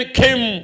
came